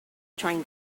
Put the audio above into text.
trying